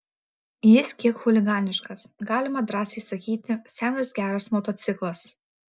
jis kiek chuliganiškas galima drąsiai sakyti senas geras motociklas